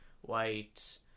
white